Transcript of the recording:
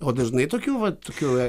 o tu žinai tokių vat tokių